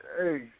Hey